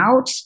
out